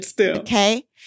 Okay